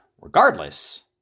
regardless